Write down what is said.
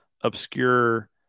obscure